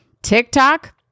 tiktok